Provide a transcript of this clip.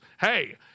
hey